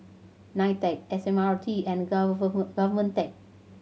NITEC S M R T and GovTech